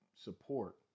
support